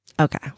Okay